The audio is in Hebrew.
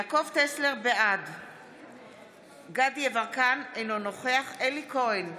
בעד דסטה גדי יברקן, אינו נוכח אלי כהן,